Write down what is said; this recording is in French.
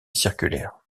circulaire